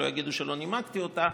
שלא יגידו שלא נימקתי אותה,